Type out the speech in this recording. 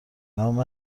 نام